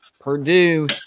Purdue